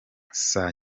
saa